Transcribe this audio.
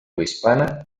hispana